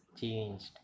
changed